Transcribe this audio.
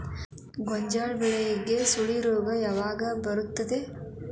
ಗೋಂಜಾಳ ಬೆಳೆಗೆ ಸುಳಿ ರೋಗ ಯಾವಾಗ ಬರುತ್ತದೆ?